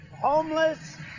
homeless